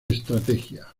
estrategia